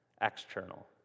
external